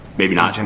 maybe not. and